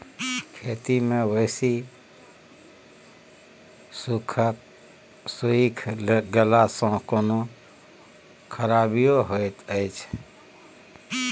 खेत मे बेसी सुइख गेला सॅ कोनो खराबीयो होयत अछि?